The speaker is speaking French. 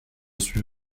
suis